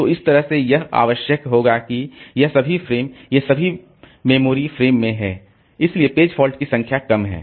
तो इस तरह से यह आवश्यक होगा कि यह सभी फ़्रेम ये सभी पेज मेमोरी फ़्रेम में हैं इसलिए पेज फॉल्ट की संख्या कम है